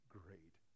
great